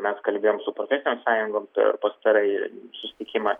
mes kalbėjom su profesinėm sąjungom per pastarąjį susitikimą